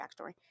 backstory